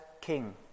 king